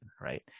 right